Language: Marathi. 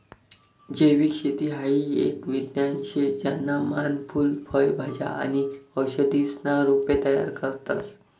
जैविक शेती हाई एक विज्ञान शे ज्याना मान फूल फय भाज्या आणि औषधीसना रोपे तयार करतस